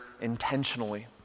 intentionally